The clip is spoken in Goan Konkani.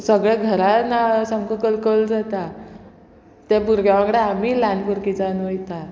सगळें घरान सामको कलकल जाता त्या भुरग्या वांगडा आमी ल्हान भुरगीं जावन वयता